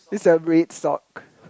is a red sock